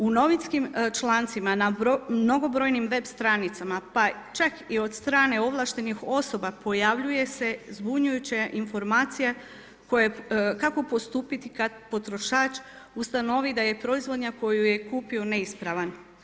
U novinskim člancima na mnogobrojnim web stranicama pa čak i od strane ovlaštenih osoba pojavljuje se zbunjujuće informacije kako postupiti kad potrošač ustanovi da je proizvod koji je kupio neispravan.